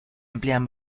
emplean